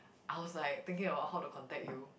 I was like thinking about how to contact you